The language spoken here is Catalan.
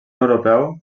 europeu